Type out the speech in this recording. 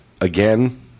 Again